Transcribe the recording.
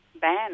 ban